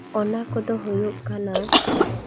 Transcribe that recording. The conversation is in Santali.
ᱚᱱᱟ ᱠᱚᱫᱚ ᱦᱩᱭᱩᱜ ᱠᱟᱱᱟ